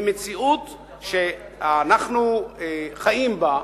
ממציאות שאנחנו חיים בה.